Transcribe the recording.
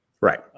Right